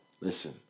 listen